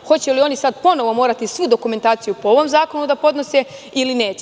Hoće li oni sada ponovo morati svu dokumentaciju po ovom zakonu da podnose ili neće?